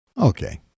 okay